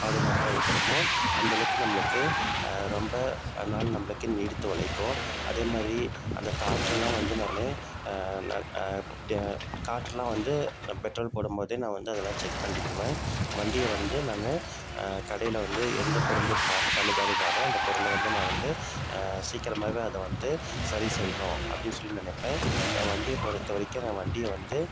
பாதுகாப்பாக வைக்கிறமோ அந்தளவுக்கு நம்மளுக்கு ரொம்ப நாள் நம்மளுக்கு நீடித்து ஒழைக்கும் அதே மாதிரி அந்த காற்றெல்லாம் வந்து நான் நான் ட காற்றெலாம் வந்து நான் பெட்ரோல் போடும் போதே நான் வந்து அதெல்லாம் செக் பண்ணிக்குவேன் வண்டியை வந்து நான் கடையில் வந்து எந்த பொருள் பார் பழுதடைந்தாலும் அந்த பொருளை வந்து நான் வந்து சீக்கிரமாகவே அதை வந்து சரி செய்யணும் அப்படின்னு சொல்லி நினைப்பேன் என் வண்டியை பொறுத்த வரைக்கும் என் வண்டியை வந்து